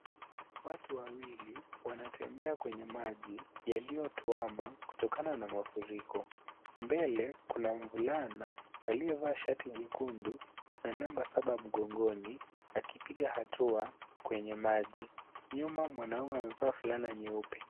Watu wawili wanatembea kwenye maji yaliyotwama kutokana na mafuriko. Mbele kuna mvulana aliyevaa shati jekundu na namba saba mgongoni, akipiga hatua kwenye maji. Nyuma mwanaume amevaa fulana nyeupe.